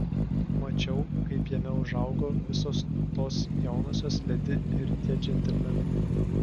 mačiau kaip jame užaugo visos tos jaunosios ledi ir tie džentelmenai